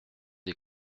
des